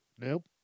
Nope